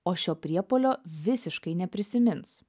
o šio priepuolio visiškai neprisimins